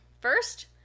First